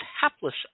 hapless